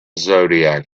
zodiac